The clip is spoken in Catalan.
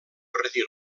retir